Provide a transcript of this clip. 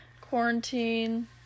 quarantine